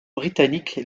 britannique